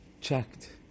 checked